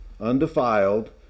undefiled